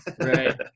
Right